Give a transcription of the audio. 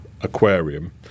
aquarium